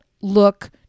look